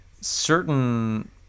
certain